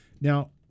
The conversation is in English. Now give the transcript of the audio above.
Now